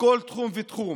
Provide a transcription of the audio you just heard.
כל תחום ותחום.